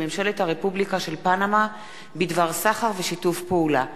ממשלת הרפובליקה של פנמה בדבר סחר ושיתוף פעולה.